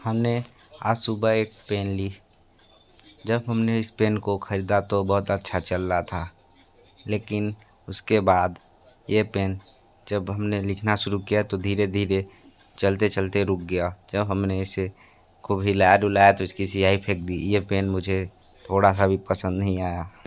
हमने आज सुबह एक पेन ली जब हमने इस पेन को खरीदा तो बहुत अच्छा चल रहा था लेकिन उसके बाद ये पेन जब हमने लिखना शुरू किया तो धीरे धीरे चलते चलते रुक गया जब हमने इसे को हिलाया डूलाया तो इसकी सिहाई फेंक दी ये पेन मुझे थोड़ा सा भी पसंद नहीं आया